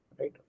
right